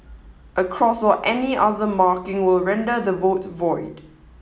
a cross or any other marking will render the vote void